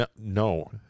No